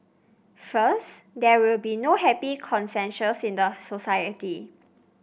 first there will be no happy consensus in the society